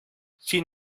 sin